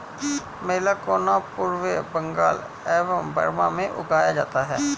मैलाकोना पूर्वी बंगाल एवं बर्मा में उगाया जाता है